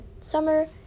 summer